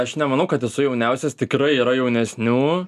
aš nemanau kad esu jauniausias tikrai yra jaunesnių